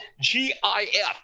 G-I-F